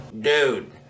Dude